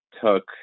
took